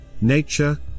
Nature